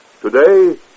Today